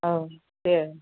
औ दे